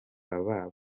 baba